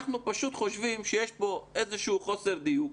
אנחנו פשוט חושבים שיש פה איזשהו חוסר דיוק.